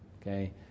Okay